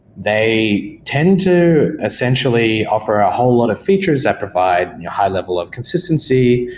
they tend to essentially offer a whole lot of features that provide high-level of consistency.